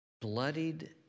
bloodied